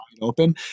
open